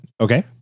Okay